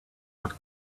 what